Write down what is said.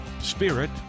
spirit